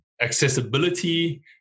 accessibility